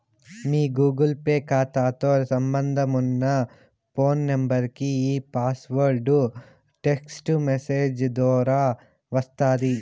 మీ Google Pay కాతాతో సంబంధమున్న phone నెంబరికి ఈ పాస్వార్డు టెస్టు మెసేజ్ దోరా వస్తాది